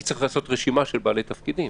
כי צריך לעשות רשימה של בעלי תפקידים.